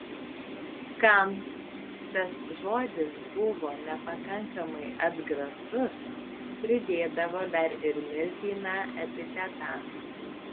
kam tas žodis buvo nepakankamai atgrasus pridėdavo dar ir mirtiną epitetą